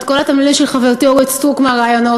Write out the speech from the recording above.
את כל התמלילים של חברתי אורית סטרוק מהראיונות,